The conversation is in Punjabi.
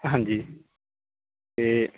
ਹਾਂਜੀ ਅਤੇ